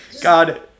God